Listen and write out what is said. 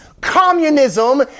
communism